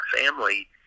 family